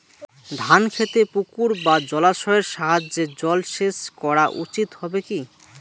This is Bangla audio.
ধান খেতে পুকুর বা জলাশয়ের সাহায্যে জলসেচ করা উচিৎ হবে কি?